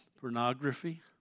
Pornography